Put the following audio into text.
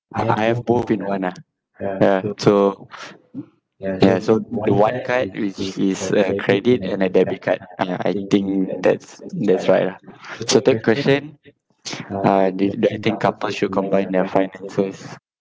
ah I have both in one ah ya so ya so the one card which is a credit and a debit card ya I think that's that's right lah so third question uh do do I think couples should combine their finances